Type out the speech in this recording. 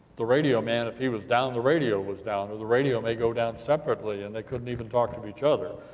the radio man, if he was down, the radio was down. the radio may go down separately and they couldn't even talk to each other.